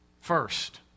First